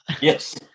Yes